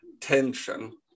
tension